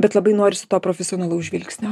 bet labai norisi to profesionalaus žvilgsnio